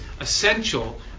essential